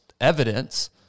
evidence